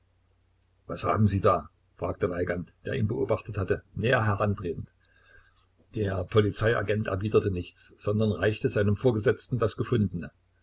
was haben sie da fragte weigand der ihn beobachtet hatte näher herantretend der polizeiagent erwiderte nichts sondern reichte seinem vorgesetzten das gefundene